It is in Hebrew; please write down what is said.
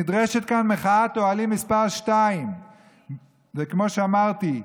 נדרשת כאן מחאת אוהלים מס' 2. כמו שאמרתי: